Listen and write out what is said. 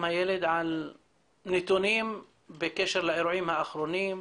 הילד על נתונים בקשר לאירועים האחרונים?